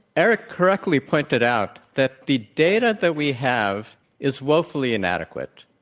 eric correctly pointed out that the data that we have is woefully inadequate.